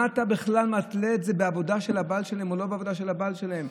מה אתה בכלל מתנה את זה בעבודה של הבעל שלהן או לא בעבודה של הבעל שלהן?